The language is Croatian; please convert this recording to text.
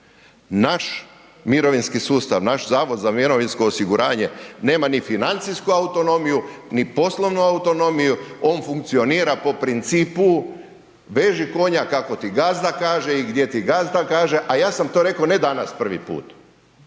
naš mirovinski sustav, naš Zavod za mirovinsko osiguranje nema ni financijsku autonomiju, ni poslovnu autonomiju on funkcionira po principu veži konja kako ti gazda kaže i gdje ti gazda kaže, a ja sam to rekao ne danas prvi put,